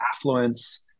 affluence